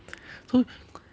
so